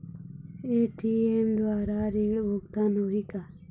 ATM द्वारा ऋण भुगतान होही का?